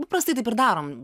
paprastai taip ir darom